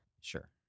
sure